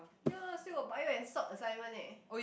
ya lor still got bio and salt assignment eh